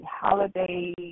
holiday